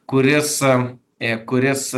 kuris e kuris